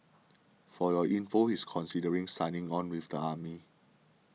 For Your Inform he's considering signing on with the army